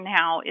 now